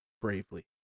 bravely